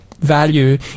value